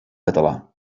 català